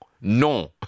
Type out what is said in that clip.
non